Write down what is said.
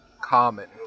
Common